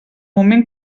moment